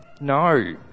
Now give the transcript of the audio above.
no